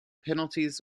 penalties